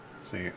See